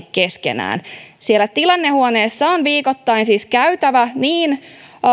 keskenään siellä tilannehuoneessa on viikoittain siis käytävä niin